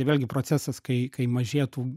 vėlgi procesas kai kai mažėtų